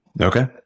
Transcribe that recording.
Okay